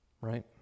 Right